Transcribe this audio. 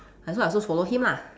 I also I also follow him lah